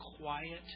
quiet